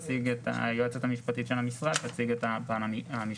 היועצת המשפטית של המשרד תציג את הפן המשפטי.